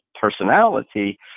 personality